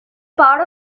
part